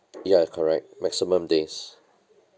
ya correct maximum days